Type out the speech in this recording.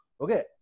Okay